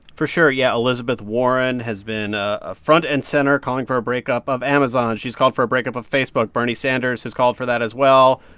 for sure, yeah. elizabeth warren has been ah ah front and center calling for a breakup of amazon. she's called for a breakup of facebook. bernie sanders has called for that, as well.